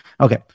Okay